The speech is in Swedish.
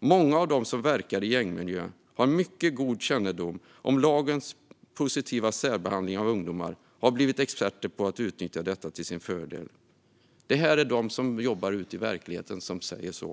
Många av dem som verkar i gängmiljö har mycket god kännedom om lagens positiva särbehandling av ungdomar och har blivit experter på att utnyttja detta till sin fördel. Det är de som jobbar ute i verkligheten som säger så.